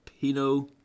Pinot